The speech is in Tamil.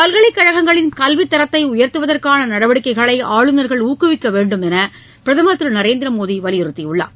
பல்கலைக்கழகங்களின் கல்வித் தரத்தை உயர்த்துவதற்கான நடவடிக்கைகளை ஆளுநர்கள் ஊக்குவிக்க வேண்டும் என்று பிரதமர் திரு நரேந்திர மோடி வலியுறுத்தியுள்ளார்